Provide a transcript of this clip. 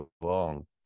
long